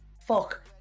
Fuck